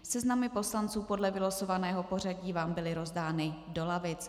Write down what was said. Seznamy poslanců podle vylosovaného pořadí vám byly rozdány do lavic.